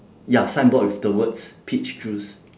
ya signboard with the words peach juice